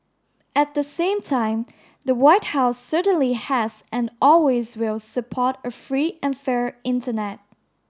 at the same time the White House certainly has and always will support a free and fair internet